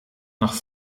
nach